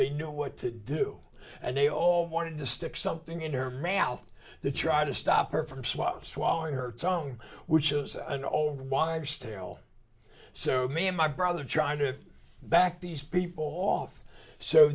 they knew what to do and they all wanted to stick something in her mouth the try to stop her from smug swallowing her tongue which is an old wives tale so me and my brother trying to back these people off so